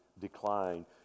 decline